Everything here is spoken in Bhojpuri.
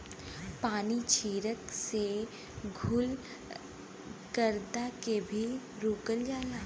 पानी छीरक के धुल गरदा के भी रोकल जाला